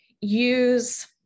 use